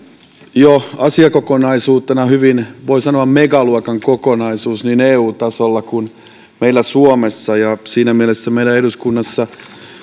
jo asiakokonaisuutena hyvin voi sanoa megaluokan kokonaisuus niin eu tasolla kuin meillä suomessa ja siinä mielessä meidän eduskunnassa tulee